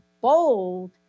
bold